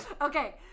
okay